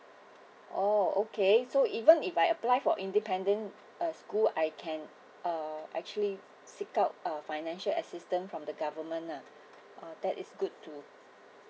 oh okay so even if I apply for independent uh school I can uh actually seek out a financial assistance from the government lah that is good too